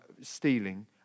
stealing